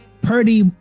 Purdy